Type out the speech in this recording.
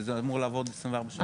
שזה אמור לעבוד 24/7?